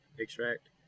extract